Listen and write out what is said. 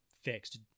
fixed